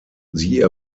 sie